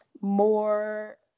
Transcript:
more